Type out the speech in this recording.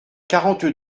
quarante